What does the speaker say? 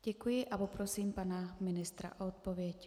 Děkuji a poprosím pana ministra o odpověď.